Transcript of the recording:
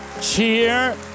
cheer